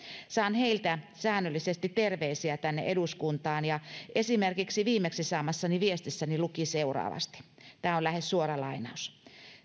saan heiltä säännöllisesti terveisiä tänne eduskuntaan ja esimerkiksi viimeksi saamassani viestissä luki seuraavasti tämä on lähes suora lainaus